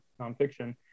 nonfiction